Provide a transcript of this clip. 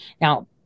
Now